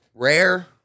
Rare